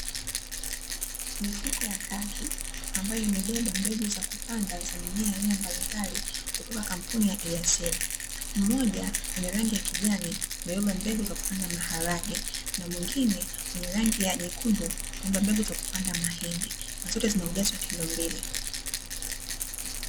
Mifuko ya kaki ambayo imebeba mbegu za kupanda za mimea ya aina mbalimbali kutoka katika kampuni ya (air seed) . Mmoja wenye rangi ya kijani imebeba mbegu za kupanda maharage na mwingine wenye rangi ya nyekundu imebeba mbegu za kupanda mahindi na zote zinaujazo wa kilo mbili.